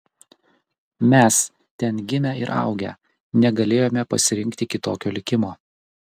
mes ten gimę ir augę negalėjome pasirinkti kitokio likimo